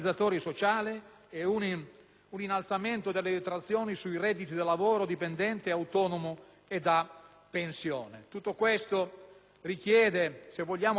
un innalzamento delle detrazioni sui redditi da lavoro dipendente, autonomo e da pensione. Se vogliamo davvero perseguire tutto questo,